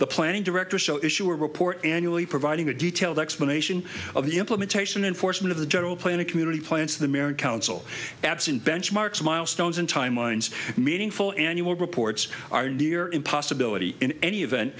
the planning director show issue a report annually providing a detailed explanation of the implementation enforcement of the general plan a community plan to the marin council absent benchmarks milestones and timelines meaningful annual reports are near impossibility in any event